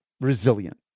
resilient